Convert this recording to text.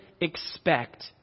expect